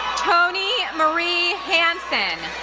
toni marie hansen,